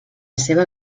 seva